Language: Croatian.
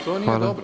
To nije dobro